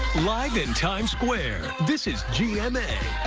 live in times square. this is gma